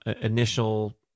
initial